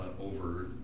over